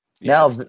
Now